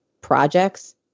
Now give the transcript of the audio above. projects